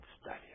study